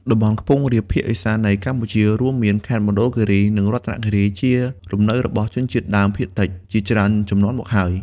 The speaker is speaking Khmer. តំបន់ខ្ពង់រាប ភាគឦសាននៃកម្ពុជា រួមមានខេត្តមណ្ឌលគិរី និងរតនគិរី ជាលំនៅរបស់ ជនជាតិដើមភាគតិច ជាច្រើនជំនាន់មកហើយ។